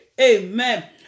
Amen